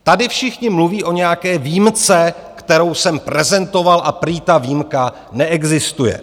Tady všichni mluví o nějaké výjimce, kterou jsem prezentoval, a prý ta výjimka neexistuje.